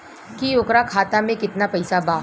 की ओकरा खाता मे कितना पैसा बा?